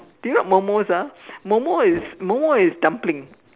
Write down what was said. do you know what momos are momo is momo is dumpling